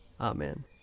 Amen